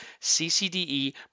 CCDE